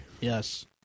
Yes